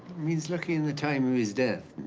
means looking in the time of his death.